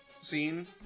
scene